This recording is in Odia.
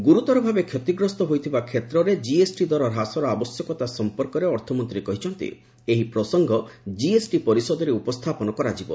ଗୁରୁତର ଭାବେ କ୍ଷତିଗ୍ରସ୍ତ ହୋଇଥିବା କ୍ଷେତ୍ରରେ ଜିଏସ୍ଟି ଦର ହ୍ରାସର ଆବଶ୍ୟକତା ସମ୍ପର୍କରେ ଅର୍ଥମନ୍ତ୍ରୀ କହିଛନ୍ତି ଏହି ପ୍ରସଙ୍ଗ ଜିଏସ୍ଟି ପରିଷଦରେ ଉପସ୍ଥାପନ କରାଯିବ